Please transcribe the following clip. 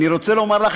אני רוצה לומר לך,